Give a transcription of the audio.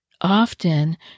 often